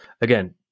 again